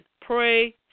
Pray